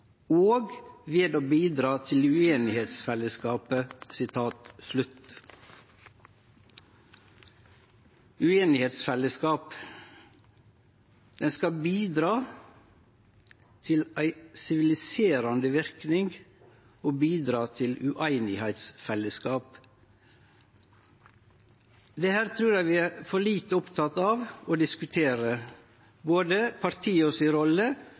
og ved å bidra til «uenighetsfellesskapet».» Ueinigheitsfellesskap – ein skal bidra til ein siviliserande verknad og bidra til eit ueinigheitsfellesskap. Dette trur eg vi er for lite opptekne av å diskutere, det gjeld både rolla til partia